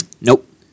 Nope